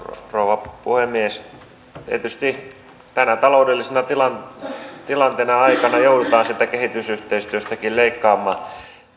rouva puhemies tietysti tällaisen taloudellisen tilanteen tilanteen aikana joudutaan siitä kehitysyhteistyöstäkin leikkaamaan